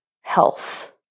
health